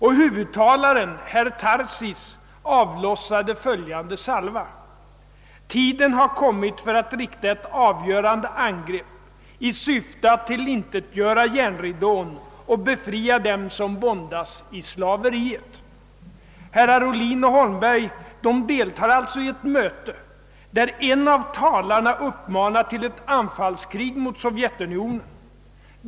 Och huvudtalaren, herr Tarsis, avlossade följande salva: »Tiden har kommit för att rikta ett avgörande angrepp i syfte att tillintetgöra järnridån och befria dem som våndas i slaveriet.» Herrar Ohlin och Holmberg deltar alltså i ett möte, där en av talarna uppmanar till anfallskrig mot Sovjetunionen.